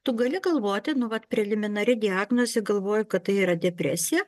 tu gali galvoti nu vat preliminari diagnozė galvoju kad tai yra depresija